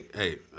hey